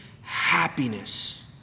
happiness